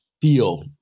feel